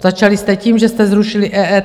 Začali jste tím, že jste zrušili EET.